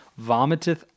vomiteth